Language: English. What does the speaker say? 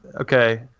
Okay